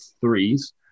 threes